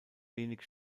wenig